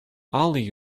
ali